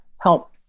help